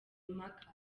impaka